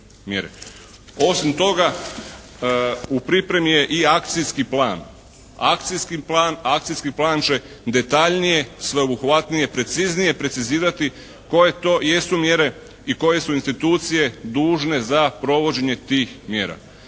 Osim toga u pripremi je i akcijski plan. Akcijski plan će detaljnije, sveobuhvatnije, preciznije precizirati koje to jesu mjere i koje su institucije dužne za provođenje tih mjera.